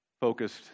focused